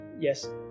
yes